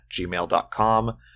gmail.com